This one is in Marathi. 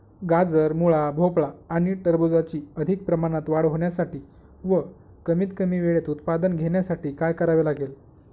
गाजर, मुळा, भोपळा आणि टरबूजाची अधिक प्रमाणात वाढ होण्यासाठी व कमीत कमी वेळेत उत्पादन घेण्यासाठी काय करावे लागेल?